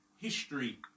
history